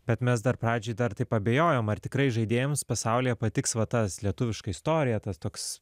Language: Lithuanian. bet mes dar pradžiai dar taip abejojom ar tikrai žaidėjams pasaulyje patiks va tas lietuviška istorija tas toks